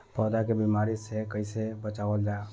पौधा के बीमारी से कइसे बचावल जा?